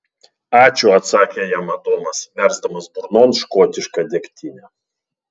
ačiū atsakė jam adomas versdamas burnon škotišką degtinę